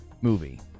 movie